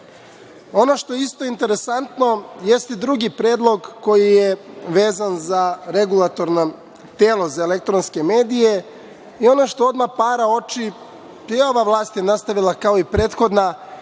što je isto interesantno jeste drugi predlog koji je vezan za Regulatorno telo za elektronske medije. Ono što odmah para oči i ova vlast je nastavila kao prethodna,